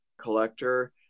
Collector